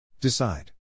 Decide